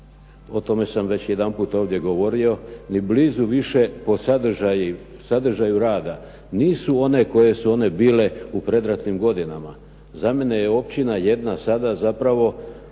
o tome sam već jedanput ovdje govorio, ni blizu više po sadržaju rada nisu one koje su bile u predratnim godinama. Za mene je općina jedna sada zapravo